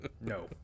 No